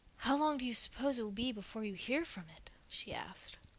how long do you suppose it will be before you hear from it? she asked.